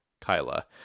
Kyla